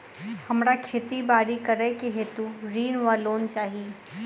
हमरा खेती बाड़ी करै हेतु ऋण वा लोन चाहि?